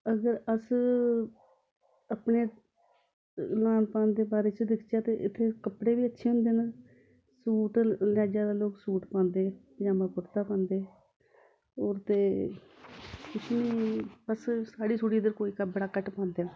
अगर अस अपने लान पान दे बारे च दिक्खचै ते इत्थै कपड़े बी अच्छे होंदे न सूट रवाजै दा सूट सोआंदे पजामां कुरता पांदे ते फ्ही बस साढ़ी सुड़ी दा कोई बड़ा घट्ट पांदे न